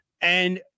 And-